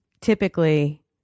typically